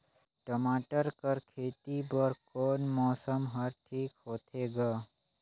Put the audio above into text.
टमाटर कर खेती बर कोन मौसम हर ठीक होथे ग?